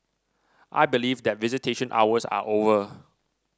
I believe that visitation hours are over